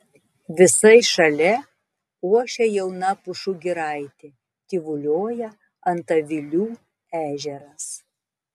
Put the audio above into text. visai šalia ošia jauna pušų giraitė tyvuliuoja antavilių ežeras